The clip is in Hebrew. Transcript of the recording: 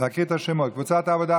אקריא את השמות: קבוצת סיעת העבודה,